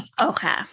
Okay